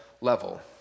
level